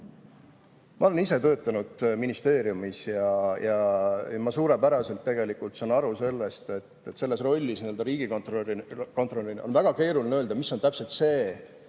Ma olen ise töötanud ministeeriumis ja ma suurepäraselt tegelikult saan aru sellest, et selles rollis riigikontrolöril on väga keeruline öelda, mis on täpselt see,